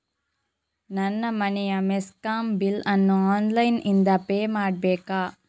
ನನ್ನ ಮನೆಯ ಮೆಸ್ಕಾಂ ಬಿಲ್ ಅನ್ನು ಆನ್ಲೈನ್ ಇಂದ ಪೇ ಮಾಡ್ಬೇಕಾ?